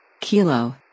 Kilo